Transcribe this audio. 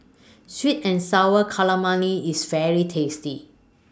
Sweet and Sour Calamari IS very tasty